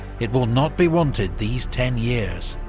it will not be wanted these ten years